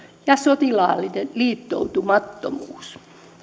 ja sotilaallinen liittoutumattomuus